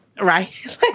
right